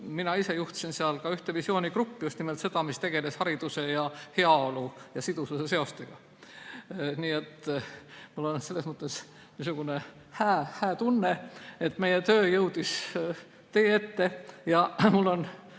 mina ise juhtisin ka ühte visioonigruppi, just nimelt seda, mis tegeles hariduse, heaolu ja sidususe seostega. Nii et mul on selles mõttes hää tunne, et meie töö jõudis teie ette ja mul on